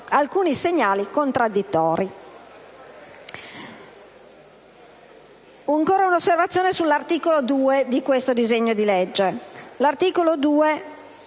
alcuni segnali contraddittori.